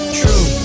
true